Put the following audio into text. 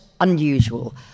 unusual